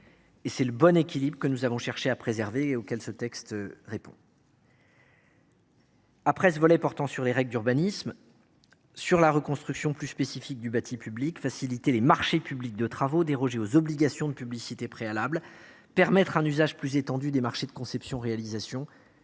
Ce bon équilibre que nous avons cherché à préserver, le texte y répond. Après ce volet portant sur les règles d’urbanisme, nous aborderons la reconstruction plus spécifique du bâti public : facilitation des marchés publics de travaux ; dérogation aux obligations de publicité préalables ; usage plus étendu des marchés de conception réalisation.